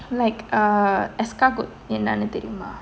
like err escargot என்னன்னு தெரியுமா:ennannu theriyuma